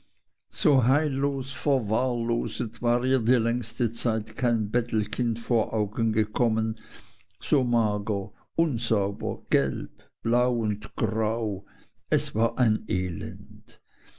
so heillos verwahrloset war ihr die längste zeit kein bettelkind vor augen gekommen so mager unsauber gelb blau und grau es war ein elend